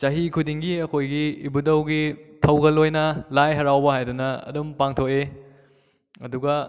ꯆꯍꯤ ꯈꯨꯗꯤꯡꯒꯤ ꯑꯩꯈꯣꯏꯒꯤ ꯏꯕꯨꯗꯧꯒꯤ ꯊꯧꯒꯜ ꯑꯣꯏꯅ ꯂꯥꯏ ꯍꯔꯥꯎꯕ ꯍꯥꯏꯗꯨꯅ ꯑꯗꯨꯝ ꯄꯥꯡꯊꯣꯛꯏ ꯑꯗꯨꯒ